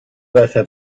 basa